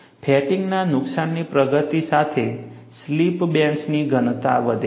ફેટિગના નુકસાનની પ્રગતિ સાથે સ્લિપ બેન્ડ્સની ઘનતા વધે છે